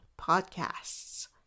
podcasts